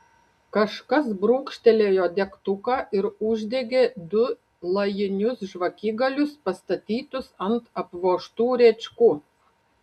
kažkas brūkštelėjo degtuką ir uždegė du lajinius žvakigalius pastatytus ant apvožtų rėčkų